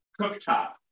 cooktop